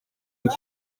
muri